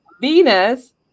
Venus